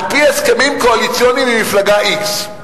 על-פי הסכמים קואליציוניים עם מפלגה x.